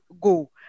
go